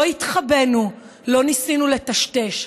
לא התחבאנו, לא ניסינו לטשטש.